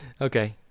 Okay